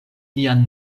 lian